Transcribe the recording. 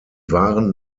wahren